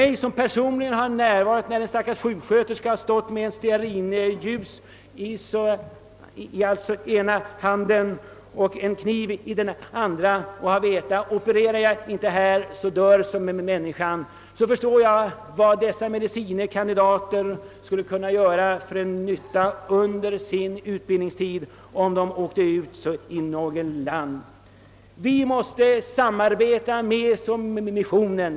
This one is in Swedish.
Jag, som personligen varit närvarande när en sjuksköterska har stått med ett stearinljus i den ena handen och en kniv i den andra och vetat att opererar hon inte dör patienten, förstår vilken nytta dessa medicine kandidater skulle kunna göra under sin utbildningstid om de åkte ut till något u-land. Vi måste samarbeta med missionen.